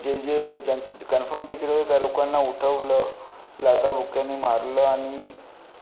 जे जे ज्यांचं कन्फर्म तिकीट होतं त्या लोकांना उठवलं लाथा बुक्क्यांनी मारलं आणि